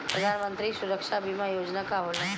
प्रधानमंत्री सुरक्षा बीमा योजना का होला?